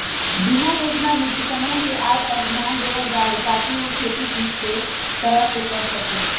बीमा योजना में किसनवन के आय पर ध्यान देवल जाहई ताकि ऊ खेती ठीक तरह से कर सके